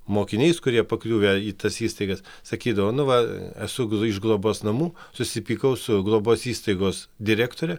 mokiniais kurie pakliuvę į tas įstaigas sakydavo nu va esu iš globos namų susipykau su globos įstaigos direktore